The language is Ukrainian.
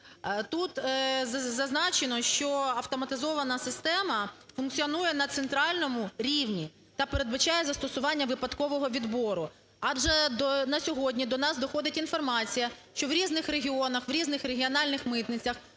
Тут зазначено, що автоматизована система функціонує на центральному рівні та передбачає застосування випадкового відбору. А вже на сьогодні до нас доходить інформація, що в різних регіонах, в різних регіональних митницях